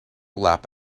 lap